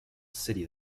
city